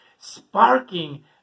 Sparking